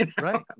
Right